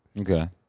Okay